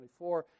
24